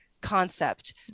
concept